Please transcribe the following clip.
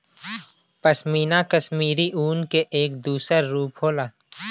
पशमीना कशमीरी ऊन क एक दूसर रूप होला